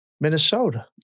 Minnesota